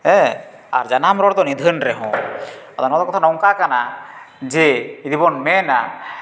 ᱦᱮᱸ ᱟᱨ ᱡᱟᱱᱟᱢ ᱨᱚᱲ ᱫᱚ ᱱᱤᱫᱷᱟᱹᱱ ᱨᱮᱦᱚᱸ ᱟᱫᱚ ᱱᱚᱣᱟ ᱠᱚᱫᱚ ᱱᱚᱝᱠᱟ ᱠᱟᱱᱟ ᱡᱮ ᱡᱩᱫᱤ ᱵᱚᱱ ᱢᱮᱱᱟ